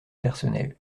personnelle